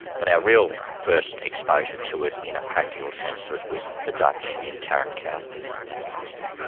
but our real first exposure to it in a practical sense was with the dutch in tarin kowt in afghanistan.